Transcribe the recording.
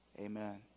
amen